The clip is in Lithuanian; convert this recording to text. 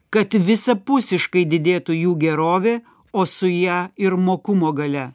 kad visapusiškai didėtų jų gerovė o su ja ir mokumo galia